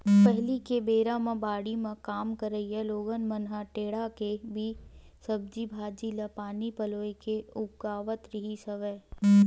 पहिली के बेरा म बाड़ी म काम करइया लोगन मन ह टेंड़ा ले ही सब्जी भांजी ल पानी पलोय के उगावत रिहिस हवय